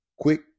Quick